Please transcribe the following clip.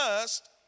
first